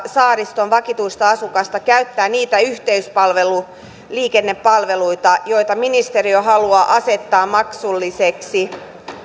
saariston vakituista asukasta käyttää niitä yhteysalusliikennepalveluita jotka ministeriö haluaa asettaa maksulliseksi